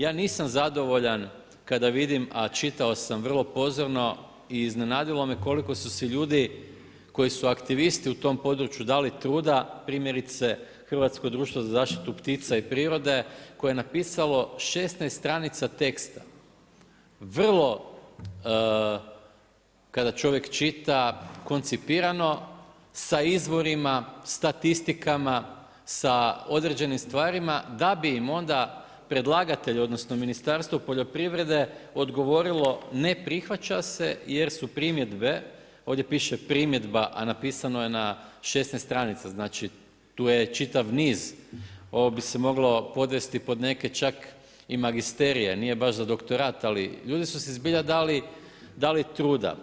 Ja nisam zadovoljan kada vidim, a čitao sam vrlo pozorno, i iznenadilo me koliko su si ljudi koji su aktivisti u tom području dali truda, primjerice Hrvatsko društvo za zaštitu ptica i prirode, koje je napisalo 16 stranica teksta vrlo kada čovjek čita, koncipirano, sa izvorima, statistikama, sa određenim stvarima da bi im onda predlagatelj, odnosno Ministarstvo poljoprivrede odgovorilo ne prihvaća se jer su primjedbe, ovdje piše „primjedba“ a napisano je na 16 stranica, znači tu je čitav niz, ovo bi se moglo podvesti pod neke čak i magisterije, nije baš za doktorat, ali ljudi su si zbilja dali truda.